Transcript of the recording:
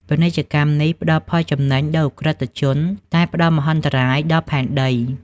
ពាណិជ្ជកម្មនេះផ្តល់ផលចំណេញដល់ឧក្រិដ្ឋជន តែផ្តល់មហន្តរាយដល់ផែនដី។